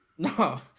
No